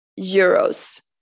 euros